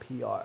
PR